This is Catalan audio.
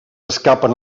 escapen